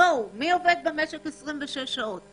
מי עובד במשק 26 שעות?